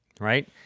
right